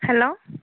hello